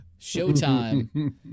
showtime